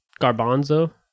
garbanzo